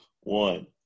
one